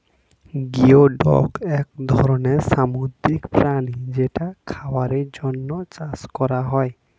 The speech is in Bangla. গিওডক এক ধরনের সামুদ্রিক প্রাণী যেটা খাবারের জন্যে চাষ করা হয়